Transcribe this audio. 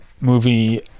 movie